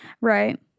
right